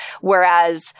whereas